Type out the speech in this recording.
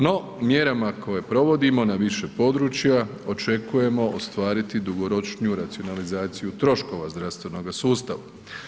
No, mjerama koje provodimo na više područja očekujemo ostvariti dugoročniju racionalizaciju troškova zdravstvenoga sustava.